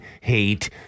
hate